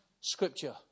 scripture